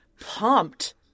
Pumped